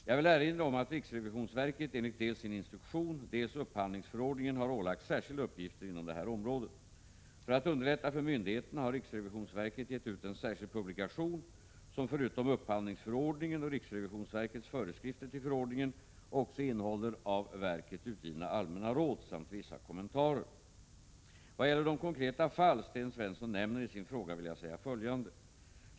Jag vill erinra om att riksrevisionsverket enligt dels sin instruktion, dels upphandlingsförordningen har ålagts särskilda uppgifter inom detta område. För att underlätta för myndigheterna har riksrevisionsverket gett ut en särskild publikation som förutom upphandlingsförordningen och riksrevisionsverkets föreskrifter till förordningen också innehåller av verket utgivna allmänna råd samt vissa kommentarer. Vad gäller de konkreta fall Sten Svensson nämner i sin fråga vill jag säga följande.